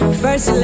first